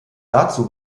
dazu